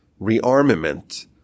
rearmament